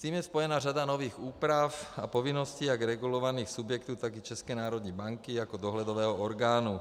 S tím je spojena řada nových úprav a povinností jak regulovaných subjektů, tak i České národní banky jako dohledového orgánu.